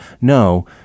no